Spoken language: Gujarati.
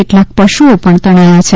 કેટલાક પશુઓ પણ તણાયા છે